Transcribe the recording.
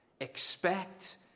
Expect